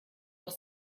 doch